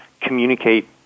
communicate